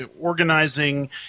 organizing